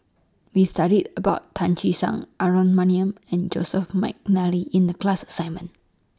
We studied about Tan Che Sang Aaron Maniam and Joseph Mcnally in The class assignment